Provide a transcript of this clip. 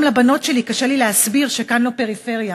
גם לבנות שלי קשה לי להסביר שכאן לא פריפריה: